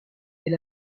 est